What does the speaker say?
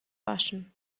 waschen